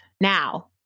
now